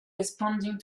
responding